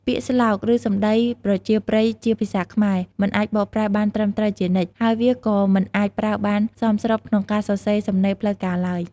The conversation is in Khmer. ពាក្យស្លោក ឬសំដីប្រជាប្រិយជាភាសាខ្មែរ មិនអាចបកប្រែបានត្រឹមត្រូវជានិច្ច ហើយវាក៏មិនអាចប្រើបានសមស្របក្នុងការសរសេរសំណេរផ្លូវការឡើយ។